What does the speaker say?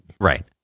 Right